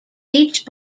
beach